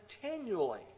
continually